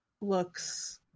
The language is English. looks